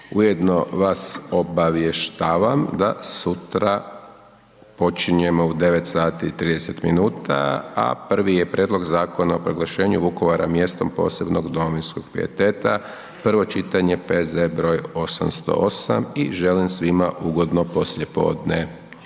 Ujedno vas obavještavam da sutra počinjemo u 9,30, a prvi je Prijedlog zakona o proglašenju Vukovara mjestom posebnog domovinskog pijeteta, prvo čitanje, P.Z. br. 808 i želim svima ugodno poslijepodne,